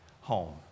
home